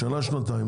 לשנה-שנתיים,